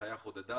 שההנחיה חודדה,